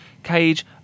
cage